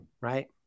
right